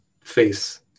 face